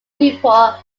newport